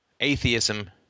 atheism